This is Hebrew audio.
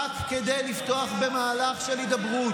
כי לא הייתה לכם ברירה.